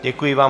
Děkuji vám.